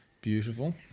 beautiful